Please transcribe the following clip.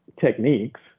techniques